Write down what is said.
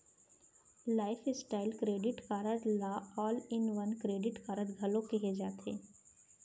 lifestyle credit card ल all in one credit card घलो केहे जाथे